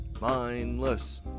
mindless